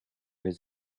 his